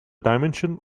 dimension